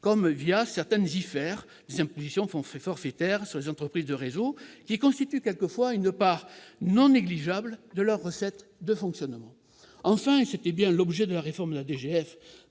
locales, certaines impositions forfaitaires sur les entreprises de réseaux, ou IFER, qui constituent parfois une part non négligeable de leurs recettes de fonctionnement. Enfin, et c'était bien l'objet de la réforme de la DGF